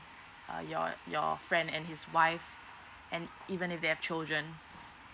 uh your your friend and his wife and even if they have children